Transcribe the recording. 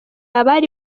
abari